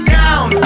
down